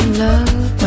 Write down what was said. love